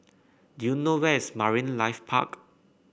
do you know where is Marine Life Park